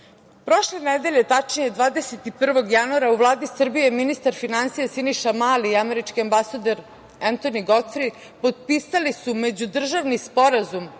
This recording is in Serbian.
nedelje, tačnije, 21. januara u Vladi Srbije ministar finansija Siniša Mali i američki ambasador Entoni Godfri potpisali su međudržavni sporazum